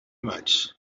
much